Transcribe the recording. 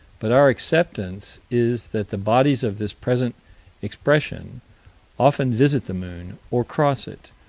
but our acceptance is that the bodies of this present expression often visit the moon, or cross it,